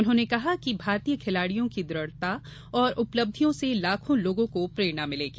उन्होंने कहा कि भारतीय खिलाड़ियों की द्रढ़ता और उपलब्धियों से लाखों लोगों को प्रेरणा मिलेगी